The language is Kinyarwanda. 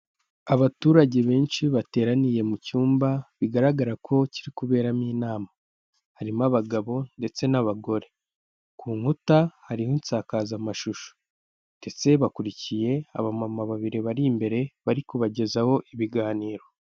Abaturage benshi bateraniye mu cyumba, bigaragara ko kiri kuberamo inama, harimo abagabo ndetse n'abagore, ku nkuta hariho insakazamashusho ndetse bakurikiye abamama babiri bari imbere, bari kubagezaho ibiganiro.